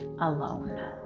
alone